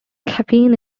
caffeine